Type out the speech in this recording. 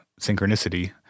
Synchronicity